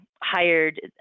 hired